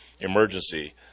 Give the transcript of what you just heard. emergency